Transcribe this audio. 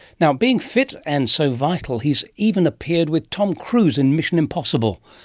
now being fit and so vital, he's even appeared with tom cruise in mission impossible,